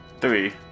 Three